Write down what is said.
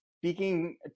speaking